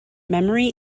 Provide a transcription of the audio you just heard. memory